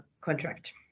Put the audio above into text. contract